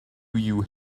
you